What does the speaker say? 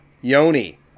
Yoni